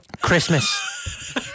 Christmas